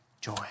joy